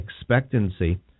expectancy